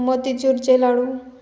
मोतीचूरचे लाडू